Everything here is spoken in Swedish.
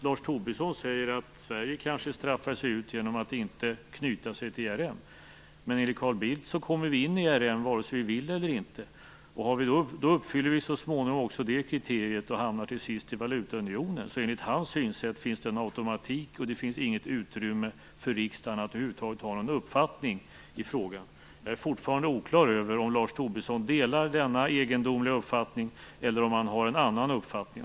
Lars Tobisson säger att Sverige kanske straffar ut sig genom att inte knyta sig till ERM, men enligt Carl Bildt kommer vi in i ERM vare sig vi vill eller inte. Då uppfyller vi så småningom också det kriteriet och hamnar till sist i valutaunionen, så enligt hans synsätt finns det en automatik i detta, och det finns inget utrymme för riksdagen att över huvud taget ha någon uppfattning i frågan. Jag är fortfarande oklar över om Lars Tobisson delar denna egendomliga uppfattning eller om han har en annan uppfattning.